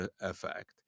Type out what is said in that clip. effect